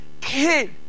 kid